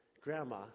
grandma